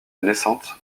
naissante